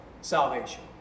salvation